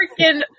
freaking